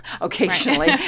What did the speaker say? occasionally